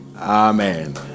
Amen